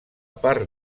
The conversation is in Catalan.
part